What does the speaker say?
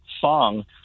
song